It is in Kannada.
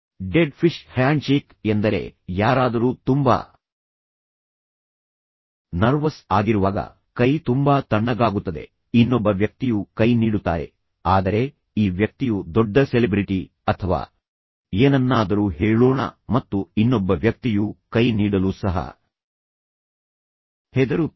ಡೆಡ್ ಫಿಶ್ ಹ್ಯಾಂಡ್ಶೇಕ್ ಎಂದರೆ ಯಾರಾದರೂ ತುಂಬಾ ನರ್ವಸ್ ಆಗಿರುವಾಗ ಕೈ ತುಂಬಾ ತಣ್ಣಗಾಗುತ್ತದೆ ಇನ್ನೊಬ್ಬ ವ್ಯಕ್ತಿಯು ಕೈ ನೀಡುತ್ತಾರೆ ಆದರೆ ಈ ವ್ಯಕ್ತಿಯು ದೊಡ್ಡ ಸೆಲೆಬ್ರಿಟಿ ಅಥವಾ ಏನನ್ನಾದರೂ ಹೇಳೋಣ ಮತ್ತು ಇನ್ನೊಬ್ಬ ವ್ಯಕ್ತಿಯು ಕೈ ನೀಡಲು ಸಹ ಹೆದರುತ್ತಾನೆ